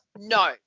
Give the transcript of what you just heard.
No